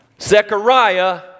Zechariah